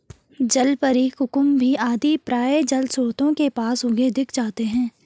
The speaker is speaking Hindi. जलपरी, कुकुम्भी आदि प्रायः जलस्रोतों के पास उगे दिख जाते हैं